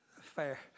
Fair